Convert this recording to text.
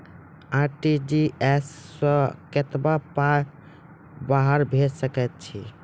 RTGS सअ कतबा पाय बाहर भेज सकैत छी?